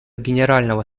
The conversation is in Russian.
генерального